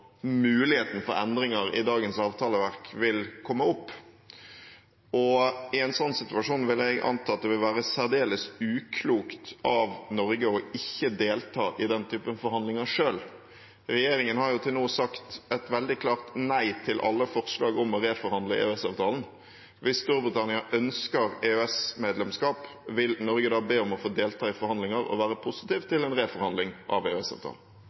muligheten for endringer i dagens avtaleverk vil komme opp. I en sånn situasjon vil jeg anta at det vil være særdeles uklokt av Norge ikke å delta i den typen forhandlinger selv. Regjeringen har til nå sagt et veldig klart nei til alle forslag om å reforhandle EØS-avtalen. Hvis Storbritannia ønsker EØS-medlemskap, vil Norge da be om å få delta i forhandlingene og være positiv til en reforhandling av